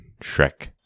Shrek